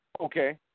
Okay